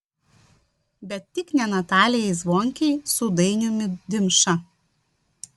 bet tik ne natalijai zvonkei su dainiumi dimša